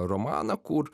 romaną kur